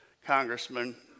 Congressman